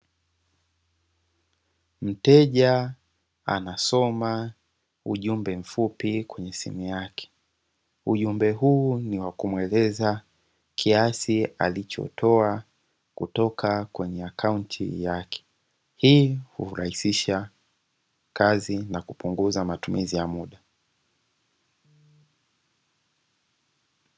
Mteja anasoma ujumbe mfupi kwenye simu yake. Ujumbe huu ni wa kumueleza kiasi alichotoa kutoka kwenye akaunti yake. Hii hurahisisha kazi na kupunguza matumizi ya muda.